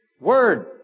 Word